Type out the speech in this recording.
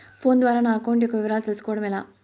Phone ద్వారా నా account యొక్క వివరాలు తెలుస్కోవడం ఎలా?